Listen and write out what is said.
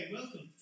Welcome